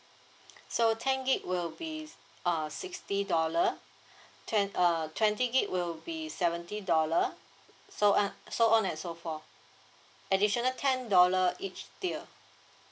so ten G_B will be uh sixty dollar ten uh twenty G_B will be seventy dollar so uh so on and so forth additional ten dollar each tier